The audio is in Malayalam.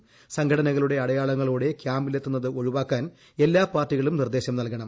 വനിതാ സംഘടനകളുടെ അടയാളങ്ങളോടെ ക്യാമ്പിലെത്തുന്നത് ഒഴിവാക്കാൻ എല്ലാ പാർട്ടികളും നിർദേശം നൽകണം